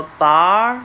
bar